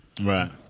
Right